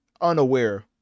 unaware